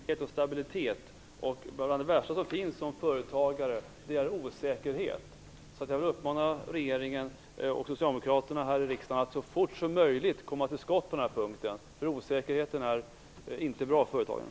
Fru talman! Jag har i mitt tidigare anförande talat om vikten av långsiktighet och stabilitet. Bland det värsta en företagare vet är osäkerhet. Jag vill uppmana regeringen och socialdemokraterna här i riksdagen att så fort som möjligt komma till skott på den här punkten. Osäkerheten är inte bra för företagarna.